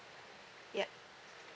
ya